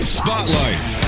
spotlight